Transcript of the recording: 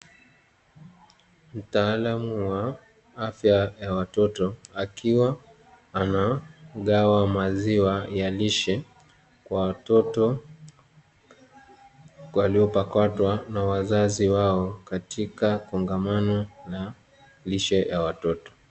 Mtaalamu wa afya ya watoto, akiwa anagawa maziwa ya lishe kwa watoto waliopakatwa na wazazi wao, katika kongamano la lishe ya watoto.